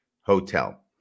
hotel